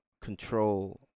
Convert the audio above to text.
control